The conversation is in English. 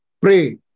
pray